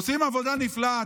עושות עבודה נפלאה.